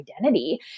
identity